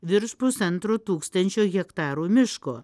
virš pusantro tūkstančio hektarų miško